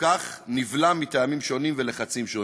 מפוקח נבלמים מטעמים שונים ולחצים שונים.